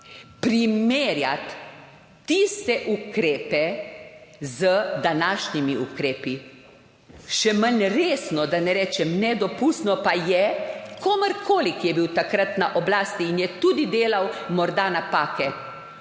primerjati tiste ukrepe z današnjimi ukrepi, še manj resno, da ne rečem nedopustno, pa je komurkoli, ki je bil takrat na oblasti in je tudi delal morda napake,